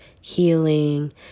healing